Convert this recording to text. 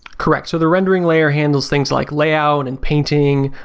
correct. so the rendering layer handles things like layout and painting.